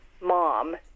mom